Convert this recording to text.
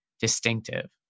distinctive